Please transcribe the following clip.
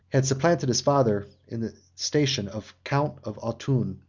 had supplanted his father in the station of count of autun,